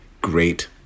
great